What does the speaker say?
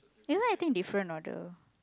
you know I think different order